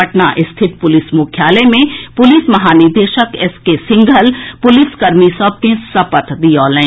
पटना स्थित पुलिस मुख्यालय मे पुलिस महानिदेशक एस के सिंघल पुलिस कर्मी सभ के सपत दिऔलनि